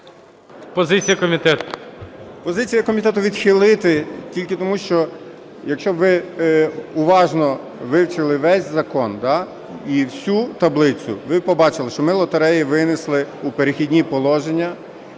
Позиція комітету – відхилити. Тільки тому, що якщо б ви уважно вивчили весь закон і всю таблицю, ви б побачили, що ми лотереї винесли у "Перехідні положення"